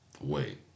wait